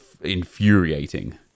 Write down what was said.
infuriating